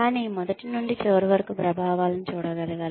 కానీ మొదటి నుండి చివరి వరకు ప్రభావాలను చూడగలగాలి